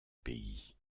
pays